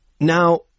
Now